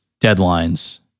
deadlines